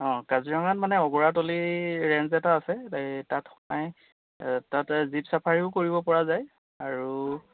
অঁ কাজিৰঙাত মানে অগৰাতলিৰ ৰেঞ্জ এটা আছে এই তাত চাই তাতে জীপ চাফাৰীও কৰিবপৰা যায় আৰু